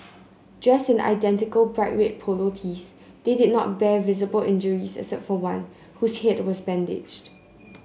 dressed in identical bright red polo tees they did not bear visible injuries except for one whose head was bandaged